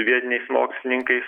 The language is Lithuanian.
vietiniais mokslininkais